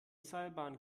seilbahn